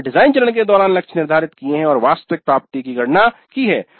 हमने डिजाइन चरण के दौरान लक्ष्य निर्धारित किए हैं और वास्तविक प्राप्ति की गणना की है